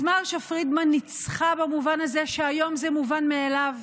אז מרשה פרידמן ניצחה במובן הזה שהיום זה מובן מאליו,